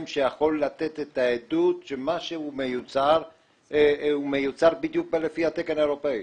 שיכול לתת את העדות שמה שמיוצר מיוצר בדיוק לפי התקן האירופאי.